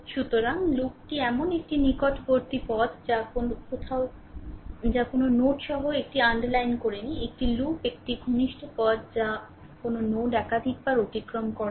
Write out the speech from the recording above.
সুতরাং লুপটি এমন একটি নিকটবর্তী পথ যা কোনও নোড সহ এটি আন্ডারলাইন করে নি একটি লুপ একটি ঘনিষ্ঠ পথ যা কোনও নোড একাধিকবার অতিক্রম করে না